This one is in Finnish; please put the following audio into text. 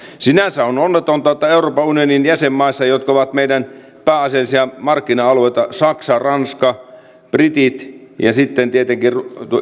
sinänsä on onnetonta että euroopan unionin jäsenmaissa jotka ovat meidän pääasiallisia markkina alueita saksa ranska britit ja sitten tietenkin